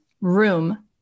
room